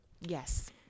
Yes